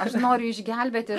aš noriu išgelbėti